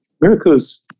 miracles